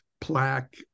plaque